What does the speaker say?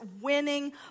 winning